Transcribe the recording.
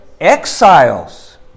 exiles